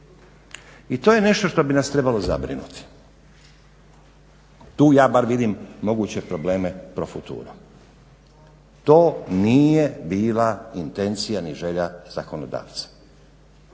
i to je nešto što bi nas trebalo zabrinuti. Tu ja bar vidim moguće probleme pro futuro. To nije bila intencija ni želja zakonodavca.